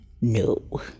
No